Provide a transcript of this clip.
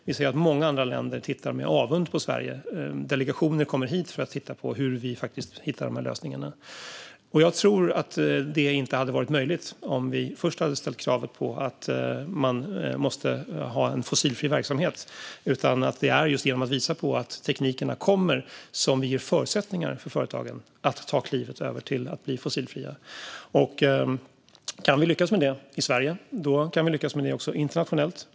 Vi ser att många andra länder tittar med avund på Sverige. Delegationer kommer hit för att titta på hur vi hittar de lösningarna. Jag tror att det inte hade varit möjligt om vi först hade ställt krav på att man måste ha en fossilfri verksamhet. Det är just genom att visa på att teknikerna kommer som vi ger förutsättningar för företagen att ta klivet över till att bli fossilfria. Kan vi lyckas med det i Sverige kan vi lyckas med det också internationellt.